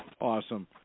Awesome